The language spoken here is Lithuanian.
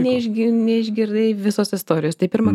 neišgi neišgirdai visos istorijos taip pirmą